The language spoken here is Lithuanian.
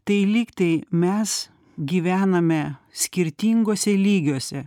tai lyg tai mes gyvename skirtinguose lygiuose